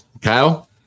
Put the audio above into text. Kyle